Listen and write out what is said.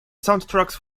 soundtracks